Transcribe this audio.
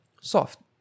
soft